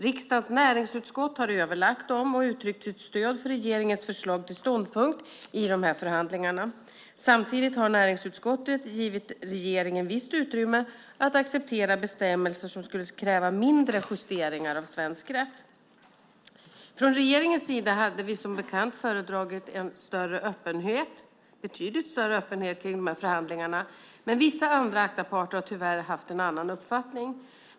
Riksdagens näringsutskott har överlagt om och uttryckt sitt stöd för regeringens förslag till ståndpunkt i dessa förhandlingar. Samtidigt har näringsutskottet givit regeringen visst utrymme att acceptera bestämmelser som skulle kräva mindre justeringar av svensk rätt. Från regeringens sida hade vi som bekant föredragit betydligt större öppenhet kring dessa förhandlingar, men vissa andra ACTA-parter har tyvärr haft en annan uppfattning.